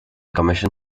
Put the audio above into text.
commission